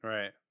Right